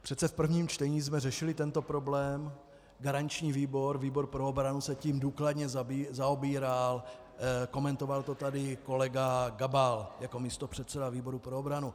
Přece v prvním čtení jsme řešili tento problém, garanční výbor, výbor pro obranu se tím důkladně zabývaly, komentoval to tady i kolega Gabal jako místopředseda výboru pro obranu.